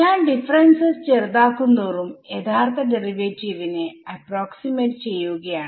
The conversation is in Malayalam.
ഞാൻ ഡിഫറെൻസസ് ചെറുതാക്കുന്തോറും യഥാർത്ഥ ഡെറിവേറ്റീവിനെ അപ്പ്രോക്സിമേറ്റ്ചെയ്യുകയാണ്